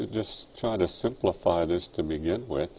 just trying to simplify this to begin with